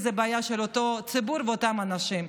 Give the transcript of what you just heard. זאת בעיה של אותו ציבור ואותם אנשים,